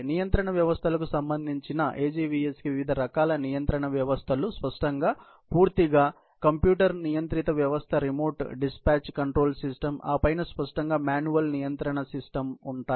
నియంత్రణ వ్యవస్థలకు సంబంధించి AGVS కి వివిధ రకాల నియంత్రణ వ్యవస్థలు స్పష్టంగా పూర్తిగా కంప్యూటర్ నియంత్రిత వ్యవస్థరిమోట్ డిస్పాచ్ కంట్రోల్ సిస్టమ్ ఆపై స్పష్టంగా మాన్యువల్ నియంత్రణ వ్యవస్థ ఉన్నాయి